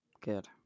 Good